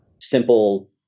simple